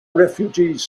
refugees